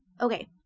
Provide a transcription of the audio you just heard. okay